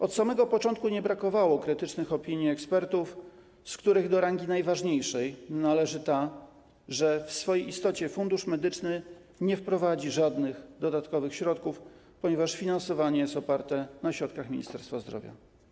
Od samego początku nie brakowało krytycznych opinii ekspertów, z których do rangi najważniejszej należy ta, że w swojej istocie Fundusz Medyczny nie wprowadzi żadnych dodatkowych środków, ponieważ finansowanie jest oparte na środkach Ministerstwa Zdrowia.